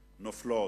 נופלות,